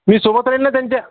मी सोबत राहील ना त्यांच्या